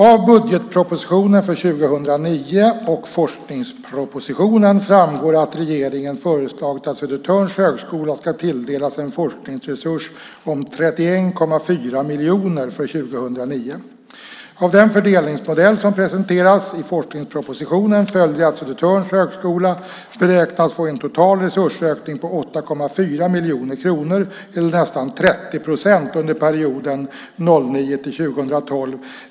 Av budgetpropositionen för 2009 och forskningspropositionen framgår att regeringen föreslagit att Södertörns högskola ska tilldelas en forskningsresurs om 31,4 miljoner för 2009. Av den fördelningsmodell som presenteras i forskningspropositionen följer att Södertörns högskola beräknas få en total resursökning på 8,4 miljoner kronor, eller nästan 30 procent, under perioden 2009-2012.